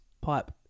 Pipe